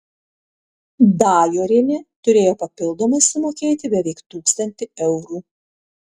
dajorienė turėjo papildomai sumokėti beveik tūkstantį eurų